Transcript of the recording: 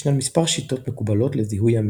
ישנן מספר שיטות מקובלות לזיהוי עמידות.